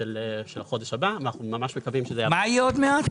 של החודש הבא ואנחנו ממש מקווים שזה יעבור --- מה יהיה עוד מעט?